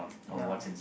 ya